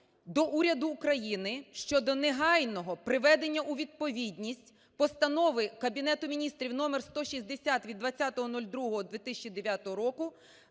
до уряду України щодо негайного приведення у відповідність Постанови Кабінету Міністрів № 160 від 20.02.2009 року